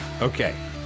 Okay